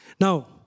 Now